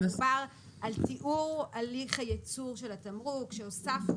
שדובר על תיאור הליך הייצור של התמרוק שהוספנו